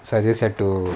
so I just had to